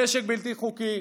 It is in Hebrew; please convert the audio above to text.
נשק בלתי חוקי,